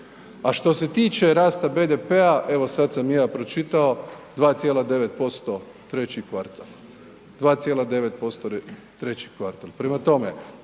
A što se tiče rasta BDP-a, evo sad sam i ja pročitao 2,9% treći kvartal, 2,9% treći kvartal. Prema tome,